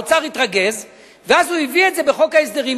האוצר התרגז, ואז הוא הביא את זה בחוק ההסדרים.